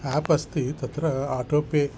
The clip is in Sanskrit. आप् अस्ति तत्र आटो पे